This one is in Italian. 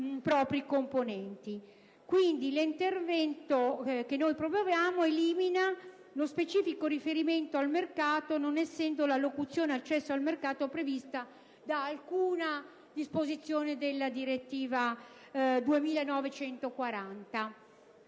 Quindi, l'intervento che proponiamo elimina lo specifico riferimento al mercato, non essendo la locuzione «accesso al mercato» prevista da alcuna disposizione di cui alla direttiva